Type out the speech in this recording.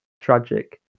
tragic